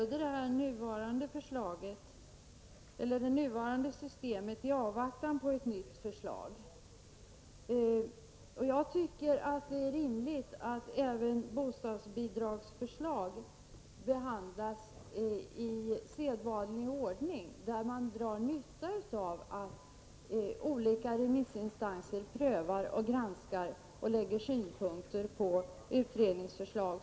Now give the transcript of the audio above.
Herr talman! Jag stöder det nuvarande systemet i avvaktan på ett nytt förslag. Det är, tycker jag, rimligt att även bostadsbidragsförslag behandlas i sedvanlig ordning. Man kan dra nytta av att olika remissinstanser prövar, granskar och ger synpunkter på utredningsförslag.